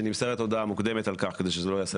ונמסרת על כך הודעה מוקדמת כדי שכולם יוכלו